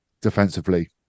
defensively